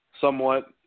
somewhat